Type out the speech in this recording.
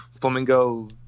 Flamingo